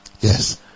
Yes